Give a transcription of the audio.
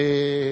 ברכה,